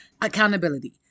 Accountability